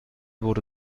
wurde